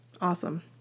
Awesome